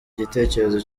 gitekerezo